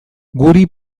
guri